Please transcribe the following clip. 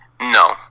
No